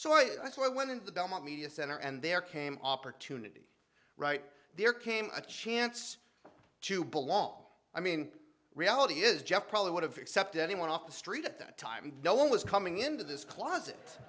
so i so i went into the belmont media center and there came op or two nitty right there came a chance to belong i mean reality is jeff probably would have except anyone off the street at that time no one was coming into this closet